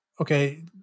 Okay